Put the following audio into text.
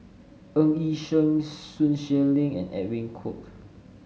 Ng Yi Sheng Sun Xueling and Edwin Koek